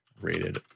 rated